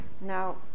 now